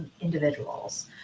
individuals